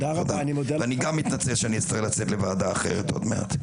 ואני גם מתנצל שאני צריך לצאת לוועדה אחרת עוד מעט.